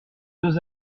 deux